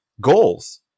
goals